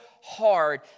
hard